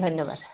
ধন্যবাদ